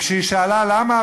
וכשהיא שאלה: למה,